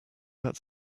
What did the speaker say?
that